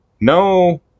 no